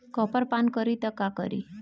Copper पान करी त का करी?